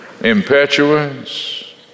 Impetuous